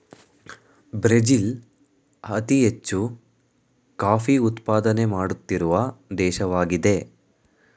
Brazil ಅತಿ ಹೆಚ್ಚು coffee ಉತ್ಪಾದನೆ ಮಾಡುತ್ತಿರುವ ದೇಶವಾಗಿದೆ